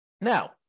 Now